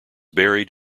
buried